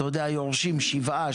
יורשים שבעה,